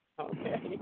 Okay